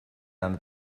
under